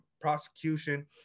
prosecution